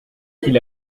qu’il